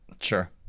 Sure